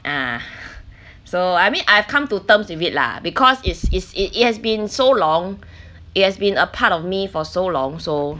ah so I mean I've come to terms with it lah because it's is it it has been so long it has been a part of me for so long so